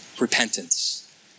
Repentance